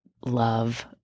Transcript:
love